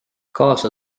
kaasa